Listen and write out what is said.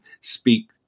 speak